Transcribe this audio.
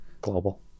Global